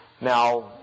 now